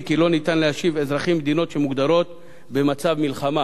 כי לא ניתן להשיב אזרחים ממדינות שמוגדרות "במצב מלחמה".